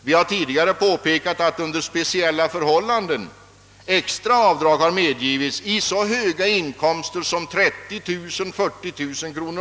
Vi har tidigare påpekat att under speciella förhållanden extra avdrag har medgivits vid så höga årsinkomster som 30 000—40 000 kronor.